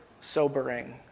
sobering